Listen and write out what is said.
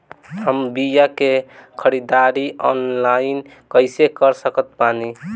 हम बीया के ख़रीदारी ऑनलाइन कैसे कर सकत बानी?